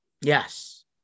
Yes